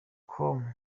com